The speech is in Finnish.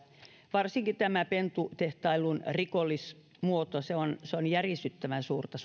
varsinkin tämä pentutehtailun rikollinen muoto se on se on järisyttävän suurta